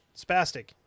spastic